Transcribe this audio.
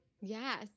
Yes